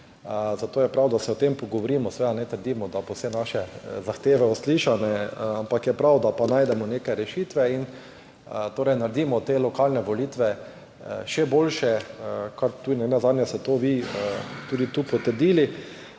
Zato je prav, da se o tem pogovorimo. Seveda ne trdimo, da so vse naše zahteve uslišane, ampak je prav, da pa najdemo neke rešitve in naredimo lokalne volitve še boljše. Kar ste nenazadnje tudi vi tu potrdili,